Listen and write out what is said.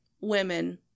women